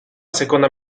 seconda